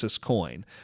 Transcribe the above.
coin